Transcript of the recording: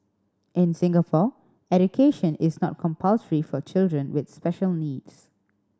in Singapore education is not compulsory for children with special needs